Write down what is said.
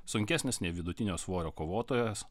sunkesnis nei vidutinio svorio kovotojas